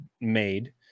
made